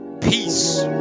peace